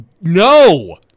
no